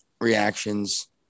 reactions